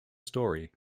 story